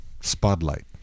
spotlight